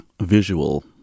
visual